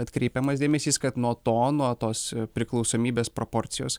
atkreipiamas dėmesys kad nuo to nuo tos priklausomybės proporcijos